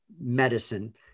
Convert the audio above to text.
medicine